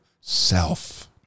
self